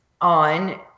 on